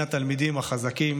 הפער בין התלמידים החזקים